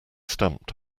stamped